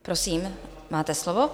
Prosím, máte slovo.